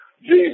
Jesus